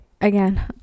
again